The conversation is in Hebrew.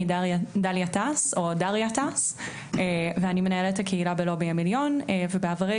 אני דליה טס ואני מנהלת הקהילה בלובי המיליון ובעברי